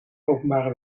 openbare